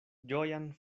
ĝojan